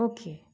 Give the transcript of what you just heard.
okay